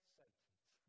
sentence